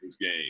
game